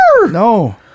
No